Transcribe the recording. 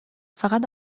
فقط